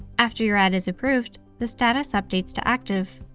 after your ad is approved, the status updates to active.